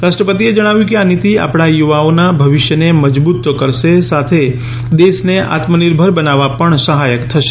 રાષ્ટ્રપતિએ જણાવ્યું કે આ નિતિ આપણા યુવાઓના ભવિષ્યને મજબૂત તો કરશે સાથે દેશને આત્મનિર્ભર બનાવવા પણ સહાયક થશે